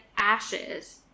ashes